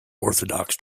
orthodox